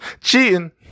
cheating